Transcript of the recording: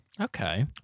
Okay